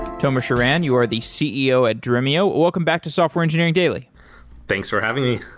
tomer shiran, you are the ceo at dremio. welcome back to software engineering daily thanks for having me.